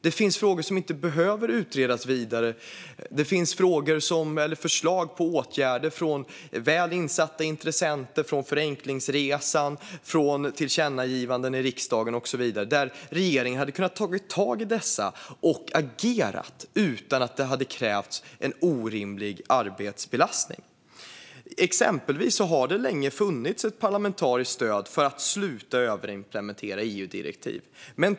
Det finns frågor som inte behöver utredas vidare. Det finns förslag på åtgärder från väl insatta intressenter, från Förenklingsresan, från tillkännagivanden i riksdagen och så vidare. Regeringen hade kunnat ta tag i dessa och hade kunnat agera utan att det hade krävts en orimlig arbetsbelastning. Exempelvis har det länge funnits parlamentariskt stöd för att sluta överimplementera EU-direktiv.